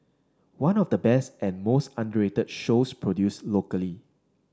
one of the best and most underrated shows produced locally